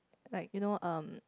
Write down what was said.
like you know um